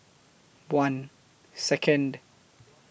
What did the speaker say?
one Second